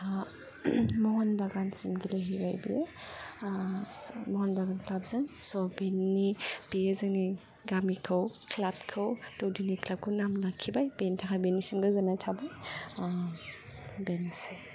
म'हुन बागानसिम गेलेहैबाय बियो म'हुन बागान क्लाबजों स' बियो जोंनि गामिखौ क्लाबखौ दौदिनि क्लाबखौ लाखिबाय बेनि थाखाय बेनिसिम गोजोननाय थाबाय बेनोसै